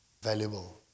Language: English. valuable